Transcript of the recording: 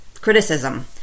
criticism